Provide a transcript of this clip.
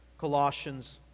Colossians